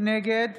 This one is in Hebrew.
נגד